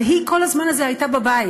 אבל בכל הזמן הזה היא הייתה בבית,